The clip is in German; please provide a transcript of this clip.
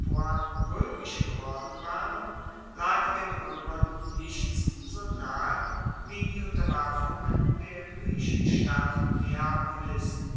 geworden waren lag den roemern nichts so nahe wie die unterwerfung der griechenstadt